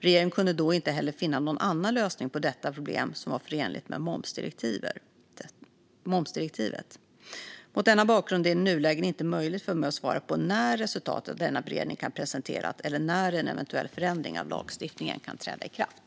Regeringen kunde då inte heller finna någon annan lösning på detta problem som var förenlig med momsdirektivet. Mot denna bakgrund är det i nuläget inte möjligt för mig att svara på när resultatet av denna beredning kan presenteras eller när en eventuell ändring av lagstiftningen kan träda i kraft.